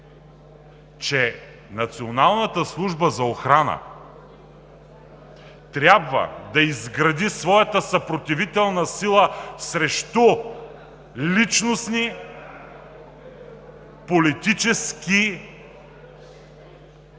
– Националната служба за охрана трябва да изгради своята съпротивителна сила срещу личностни и политически